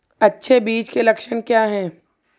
अच्छे बीज के लक्षण क्या हैं?